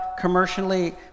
commercially